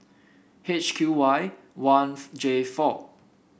H Q Y one J four